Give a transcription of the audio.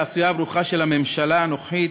לעשייה הברוכה של הממשלה הנוכחית,